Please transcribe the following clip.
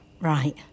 Right